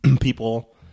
People